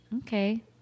okay